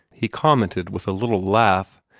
he commented, with a little laugh.